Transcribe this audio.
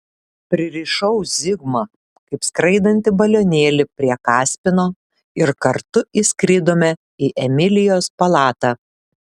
pririšau zigmą kaip skraidantį balionėlį prie kaspino ir kartu įskridome į emilijos palatą